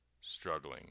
struggling